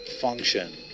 function